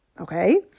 Okay